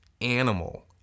animal